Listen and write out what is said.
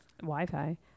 Wi-Fi